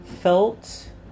felt